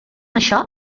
això